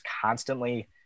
constantly